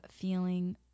feeling